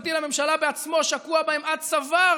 המשפטי לממשלה בעצמו שקוע בהם עד צוואר